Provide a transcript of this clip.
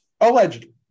allegedly